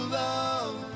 love